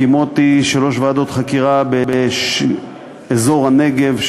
הקימותי שלוש ועדות חקירה באזור הנגב,